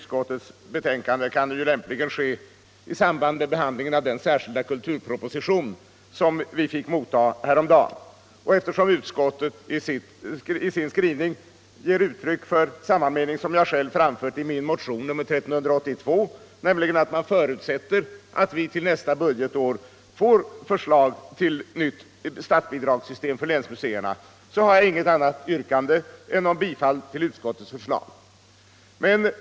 skilda kulturproposition som vi fick motta häromdagen. Och eftersom utskottet i sin skrivning ger uttryck för samma mening som jag själv framfört i min motion 1382, nämligen att man förutsätter att vi till nästa budgetår får förslag till nytt statsbidragssystem för länsmuseerna, har jag inget annat yrkande än om bifall till utskottets förslag.